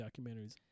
documentaries